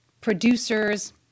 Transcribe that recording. producers